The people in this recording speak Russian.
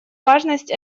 важность